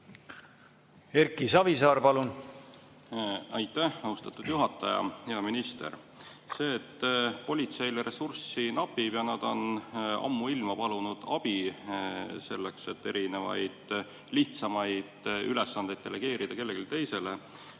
Erki Savisaar, palun! Aitäh, austatud juhataja! Hea minister! See, et politseil ressurssi napib ja nad on ammuilma palunud abi, et erinevaid lihtsamaid ülesandeid delegeerida kellelegi teisele,